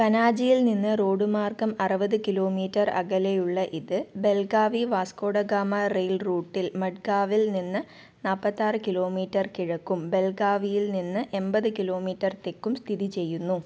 പനാജിയിൽ നിന്ന് റോഡ് മാർഗം അറുപത് കിലോമീറ്റർ അകലെയുള്ള ഇത് ബെൽഗാവി വാസ്കോ ഡ ഗാമ റെയിൽ റൂട്ടിൽ മഡ്ഗാവിൽ നിന്ന് നാപ്പത്താറ് കിലോമീറ്റർ കിഴക്കും ബെൽഗാവിയിൽ നിന്ന് എൺപത് കിലോമീറ്റർ തെക്കും സ്ഥിതി ചെയ്യുന്നു